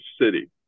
City